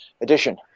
edition